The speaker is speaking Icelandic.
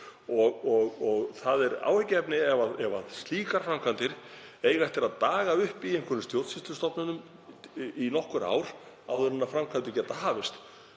Það er áhyggjuefni ef slíkar framkvæmdir á eftir að daga uppi í einhverjum stjórnsýslustofnunum í nokkur ár áður en framkvæmdir geta hafist.